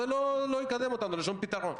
זה לא יקדם אותנו לשום פתרון.